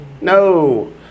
No